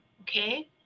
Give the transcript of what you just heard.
Okay